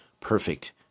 perfect